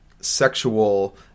sexual